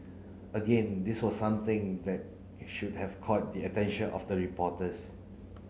again this was something that should have caught the attention of the reporters